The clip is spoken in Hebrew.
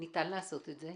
ניתן לעשות את זה,